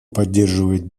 поддерживает